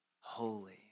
holy